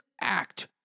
act